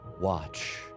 watch